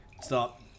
stop